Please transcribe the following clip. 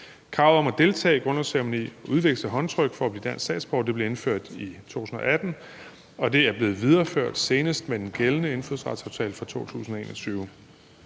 Kravet om at deltage i en grundlovsceremoni og udveksle håndtryk for at blive dansk statsborger blev indført i 2018, og det er blevet videreført, senest med den gældende indfødsretsaftale fra 2021.